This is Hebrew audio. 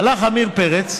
הלך עמיר פרץ,